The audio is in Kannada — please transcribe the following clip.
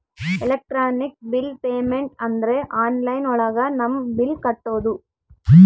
ಎಲೆಕ್ಟ್ರಾನಿಕ್ ಬಿಲ್ ಪೇಮೆಂಟ್ ಅಂದ್ರೆ ಆನ್ಲೈನ್ ಒಳಗ ನಮ್ ಬಿಲ್ ಕಟ್ಟೋದು